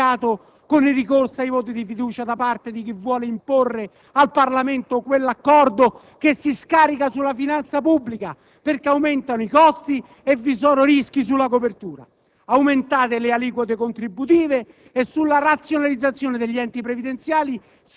non può essere demandato solo alla legge finanziaria, con un Parlamento espropriato con il ricorso ai voti di fiducia da parte di chi vuole imporre al Parlamento quell'accordo che si scarica sulla finanza pubblica, perché aumentano i costi e vi sono rischi sulla copertura.